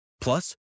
Plus